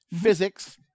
physics